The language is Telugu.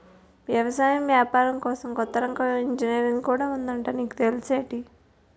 ఎగసాయం ఏపారం కోసం కొత్త రకం ఇంజనీరుంగు కూడా ఉందట నీకు తెల్సేటి?